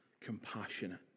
compassionate